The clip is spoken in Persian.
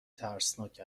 ترسناک